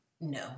No